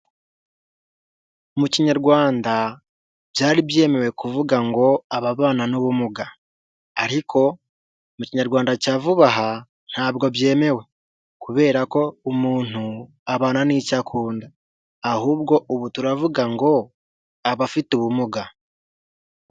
Mu kinyarwanda byari byemewe kuvuga ngo ababana n'ubumuga, ariko mu kinyarwanda cya vuba aha ntabwo byemewe, kubera ko umuntu abana n'icyo akunda, ahubwo ubu turavuga ngo abafite ubumuga.